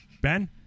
Ben